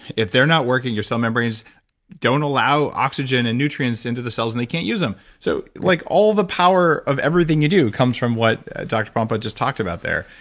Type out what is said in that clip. if they're not working, your cell membranes don't allow oxygen and nutrients into the cells and they can't use them. so, like all the power of everything you do comes from what doctor pompa just talked about there.